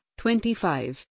25